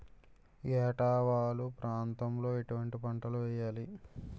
ఏటా వాలు ప్రాంతం లో ఎటువంటి పంటలు వేయాలి?